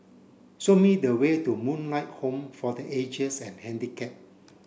show me the way to Moonlight Home for the Aged'sand Handicapped